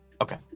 okay